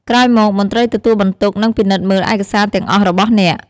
ក្រោយមកមន្ត្រីទទួលបន្ទុកនឹងពិនិត្យមើលឯកសារទាំងអស់របស់អ្នក។